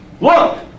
look